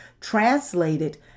translated